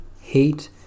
hate